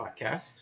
podcast